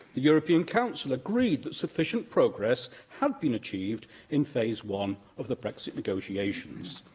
the european council agreed that sufficient progress had been achieved in phase one of the brexit negotiations.